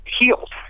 healed